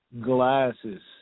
glasses